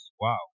Wow